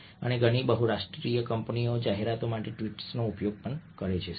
અને ઘણી બહુરાષ્ટ્રીય કંપનીઓ જાહેરાતો માટે ટ્વીટનો ઉપયોગ કરે છે શા માટે